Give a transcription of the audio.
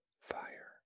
fire